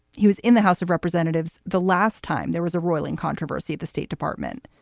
he was in the house of representatives the last time there was a roiling controversy at the state department.